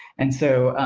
and so,